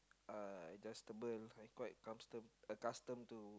uh adjustable like quite custom accustomed to